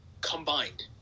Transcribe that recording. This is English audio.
combined